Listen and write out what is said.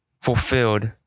fulfilled